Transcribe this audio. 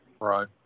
Right